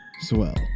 swell